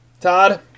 Todd